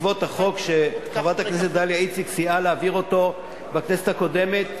בעקבות החוק שחברת הכנסת דליה איציק סייעה להעביר בכנסת הקודמת,